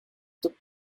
took